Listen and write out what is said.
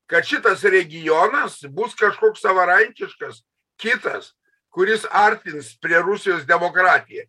kad šitas regionas bus kažkoks savarankiškas kitas kuris artins prie rusijos demokratiją